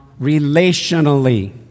relationally